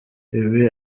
ibi